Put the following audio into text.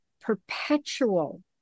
perpetual